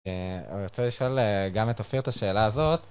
אני רוצה לשאול גם את אופיר את השאלה הזאת.